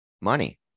money